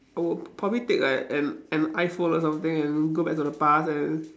I would probably take like an an iPhone or something and go back to the past and